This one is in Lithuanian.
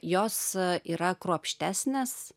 jos yra kruopštesnės